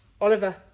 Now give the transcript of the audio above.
Oliver